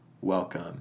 welcome